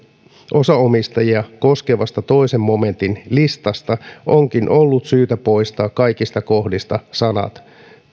osaomistajia koskevasta toisen momentin listasta onkin ollut syytä poistaa kaikista kohdista sanat